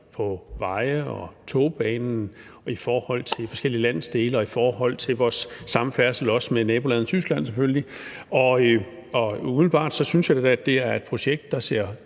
for veje og togbane og i forhold til forskellige landsdele og også i forhold til vores samfærdsel med nabolandet Tyskland, selvfølgelig. Og umiddelbart synes jeg da, at det er et projekt, der ser